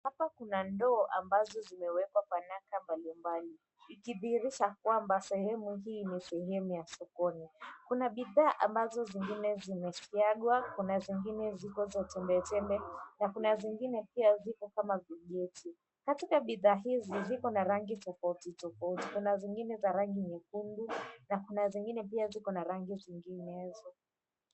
Hapa kuna ndoo ambazo zimewekwa fanaka mbalimbali ikidhihirisha kwamba sehemu hii ni sehemu ya sokoni. Kuna bidhaa ambazo zingine zimesiagwa, kuna zingine ziko za tembe tembe na kuna zingine pia ziko kama vijiti. Katika bidhaa hizi ziko na rangi tofauti tofauti. Kuna zingine za rangi nyekundu na kuna zingine pia ziko na rangi zinginezo.